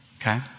Okay